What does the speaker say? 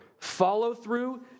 follow-through